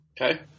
Okay